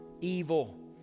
evil